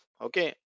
Okay